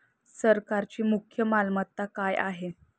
सरकारची मुख्य मालमत्ता काय आहे?